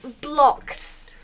blocks